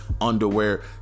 underwear